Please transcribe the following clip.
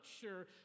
sure